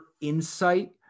insight